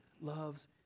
loves